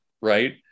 right